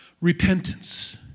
Repentance